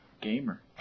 Gamer